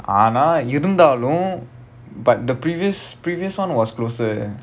ஆனா இருந்தாலும்:aanaa irunthaalum but the previous previous one was closer